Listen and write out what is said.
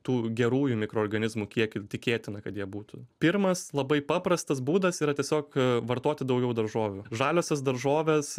tų gerųjų mikroorganizmų kiekį tikėtina kad jie būtų pirmas labai paprastas būdas yra tiesiog vartoti daugiau daržovių žaliosios daržovės